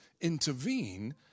intervene